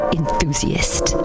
enthusiast